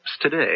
today